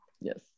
yes